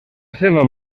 seva